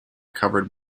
covered